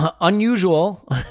unusual